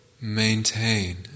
maintain